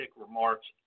remarks